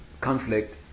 conflict